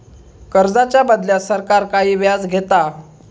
कर्जाच्या बदल्यात सरकार काही व्याज घेता